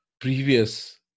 previous